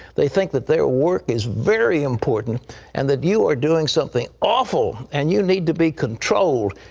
they think that their work is very important and that you are doing something awful, and you need to be controlled,